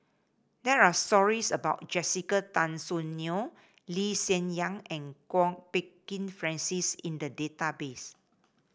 there are stories about Jessica Tan Soon Neo Lee Hsien Yang and Kwok Peng Kin Francis in the database